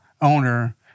owner